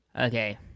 okay